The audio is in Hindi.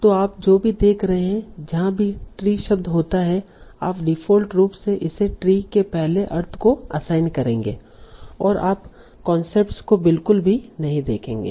तो आप जो भी देख रहे हैं जहां भी ट्री शब्द होता है आप डिफ़ॉल्ट रूप से इसे ट्री के पहले अर्थ को असाइन करेंगे और आप कांटेक्स्ट को बिल्कुल भी नहीं देखेंगे